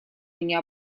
меня